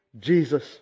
Jesus